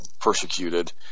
persecuted